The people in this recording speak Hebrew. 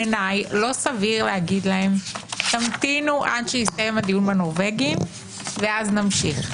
בעיניי לא סביר לומר להם: תמתינו עד שיסתיים הדיון בנורבגי ואז נמשיך.